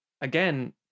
again